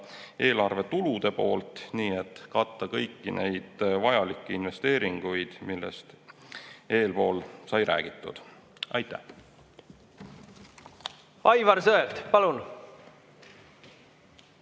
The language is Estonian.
eelarve tulude poolt, et katta kõik need vajalikud investeeringud, millest eespool sai räägitud. Aitäh! Siin on palju